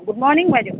good morning বাইদেউ